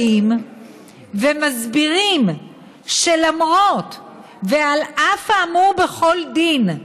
באים ומסבירים שלמרות ועל אף האמור בכל דין,